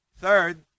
Third